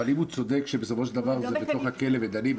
אבל אם הוא צודק שבסופו של דבר זה בתוך הכלא ודנים,